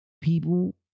people